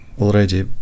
already